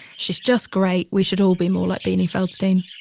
she's just great. we should all be more like beanie feldstein.